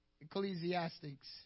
Ecclesiastics